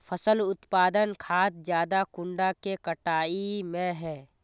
फसल उत्पादन खाद ज्यादा कुंडा के कटाई में है?